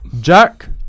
Jack